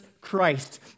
Christ